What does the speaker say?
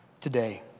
today